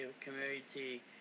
Community